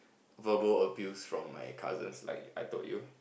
verbal abuse from my cousins like I told you